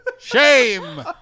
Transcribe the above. Shame